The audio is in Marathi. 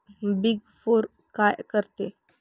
बिग फोर काय करते?